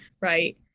right